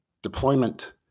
deployment